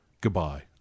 Goodbye